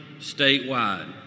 statewide